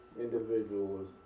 individuals